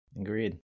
Agreed